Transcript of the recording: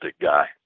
guy